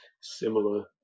similar